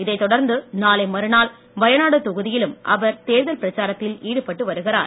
இதைத்தொடர்ந்து நாளை மறுநாள் வயநாடு தொகுதியிலும் அவர் தேர்தல் பிரச்சாரத்தில் ஈடுபட்டு வருகிறார்